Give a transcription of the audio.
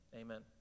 Amen